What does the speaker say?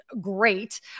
great